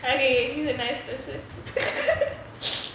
okay he's a nice person